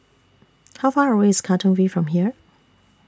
How Far away IS Katong V from here